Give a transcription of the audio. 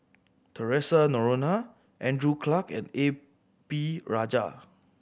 Theresa Noronha Andrew Clarke and A P Rajah